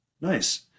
nice